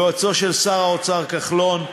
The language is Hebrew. יועצו של שר האוצר כחלון,